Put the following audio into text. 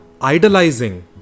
idolizing